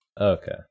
okay